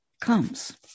comes